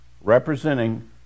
representing